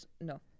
no